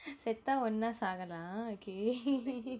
செத்தா ஒன்னா சாகலாம்:sethaa onnaa saagalaam okay